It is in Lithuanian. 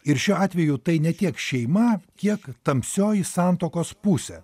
ir šiuo atveju tai ne tiek šeima kiek tamsioji santuokos pusė